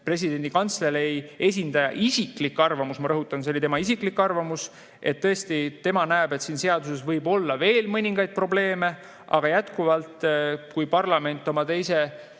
presidendi kantselei esindaja isiklik arvamus oli – ma rõhutan, see oli tema isiklik arvamus –, et tõesti tema näeb, et siin seaduses võib olla veel mõningaid probleeme, aga jätkuvalt, kui parlament oma teise